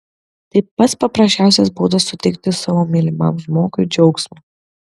tai pats paprasčiausias būdas suteikti savo mylimam žmogui džiaugsmo